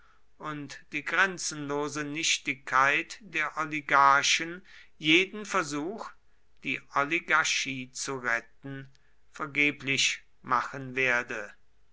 und die grenzenlose nichtigkeit der oligarchen jeden versuch die oligarchie zu retten vergeblich machen werde